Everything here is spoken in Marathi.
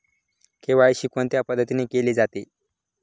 के.वाय.सी कोणत्या पद्धतीने केले जाते?